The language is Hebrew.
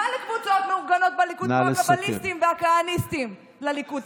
מה לקבוצות מאורגנות כמו הקבליסטים והכהניסטים ולליכוד?